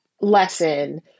lesson